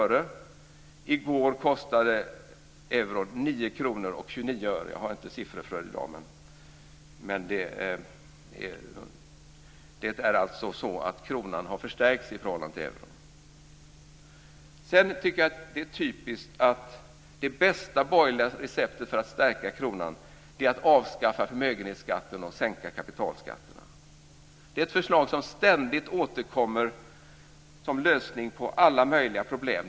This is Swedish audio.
I går kostade euron 9:29 kr - jag har inga siffror för i dag. Kronan har alltså förstärkts i förhållande till euron. Sedan tycker jag att det är typiskt att det bästa borgerliga receptet att stärka kronan är att avskaffa förmögenhetsskatten och sänka kapitalskatterna. Det är ett förslag som ständigt återkommer som lösning på alla möjliga problem.